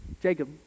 Jacob